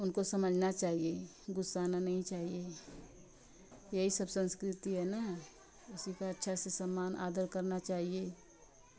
उनको समझना चाहिए गुस्सा आना नहीं चाहिए यही सब संस्कृति है ना इसी का अच्छा से सम्मान आदर करना चाहिए